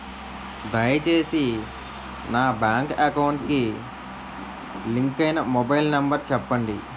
దయచేసి నా bank account కి లింక్ అయినా మొబైల్ నంబర్ చెప్పండి